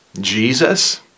Jesus